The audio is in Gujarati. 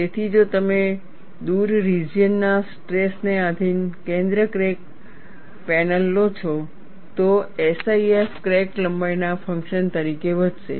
તેથી જો તમે દૂર રિજિયન ના સ્ટ્રેસ ને આધિન કેન્દ્ર ક્રેક ્ડ પેનલ લો છો તો SIF ક્રેક લંબાઈના ફંક્શન તરીકે વધશે